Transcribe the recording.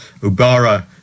Ubara